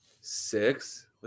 Six